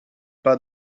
pas